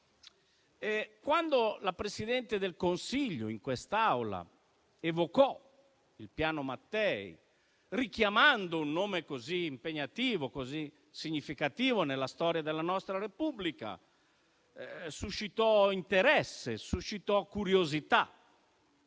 la Presidente del Consiglio evocò il Piano Mattei, richiamando un nome così impegnativo e significativo nella storia della nostra Repubblica, suscitò interesse e curiosità.